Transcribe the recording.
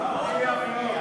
מפתיע מאוד.